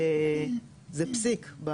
זה פסיק,